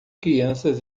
crianças